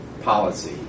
policy